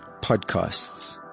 podcasts